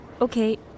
okay